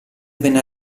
venne